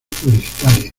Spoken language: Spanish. publicitarias